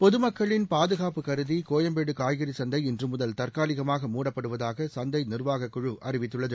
பொதுமக்களின் பாதுகாப்பு கருதி கோயம்பேடு காய்கறி சந்தை இன்று முதல் தற்காலிகமாக மூடப்படுவதாக சந்தை நிர்வாகக்குழு அறிவித்துள்ளது